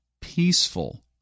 peaceful